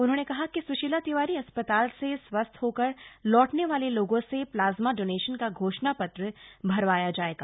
उन्होंने कहा कि सुशीला तिवारी अस्पताल से स्वस्थ होकर लौटने वाले लोगों से प्लाज्मा डोनेशन का घोषणा पत्र भरवाया जायेगा